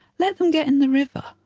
let them get in the river,